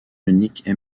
ioniques